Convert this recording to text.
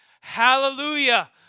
Hallelujah